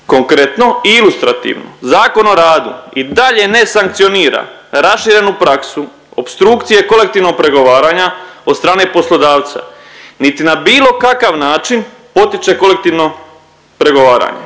Konkretno i ilustrativno, Zakon o radu i dalje ne sankcionira raširenu praksu opstrukcije kolektivnog pregovaranja od strane poslodavca, niti na bilo kakav način potiče kolektivno pregovaranje.